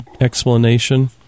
explanation